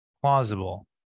plausible